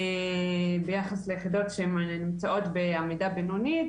ביחס ליחידות שנמצאות בעמידה בינונית,